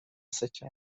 سکه